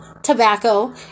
tobacco